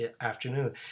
afternoon